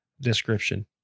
description